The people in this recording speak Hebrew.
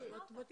תשמע אותם.